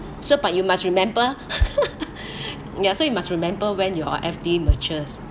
so but you must remember ya so you must remember when your F_D matures